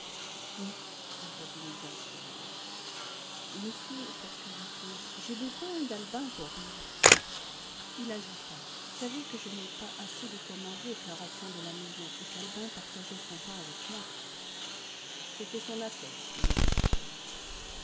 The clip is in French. oui répondit le directeur monsieur poursuivit claude j'ai besoin d'albin pour vivre il ajouta vous savez que je n'ai pas assez de quoi manger avec la ration de la maison et qu'albin partageait son pain avec moi c'était son affaire dit le directeur